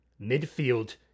midfield